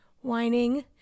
whining